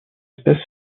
espèce